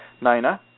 Nina